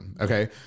okay